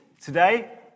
today